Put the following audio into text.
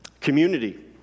community